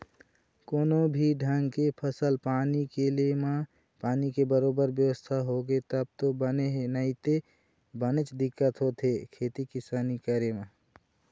कोनो भी ढंग के फसल पानी के ले म पानी के बरोबर बेवस्था होगे तब तो बने हे नइते बनेच दिक्कत होथे खेती किसानी करे म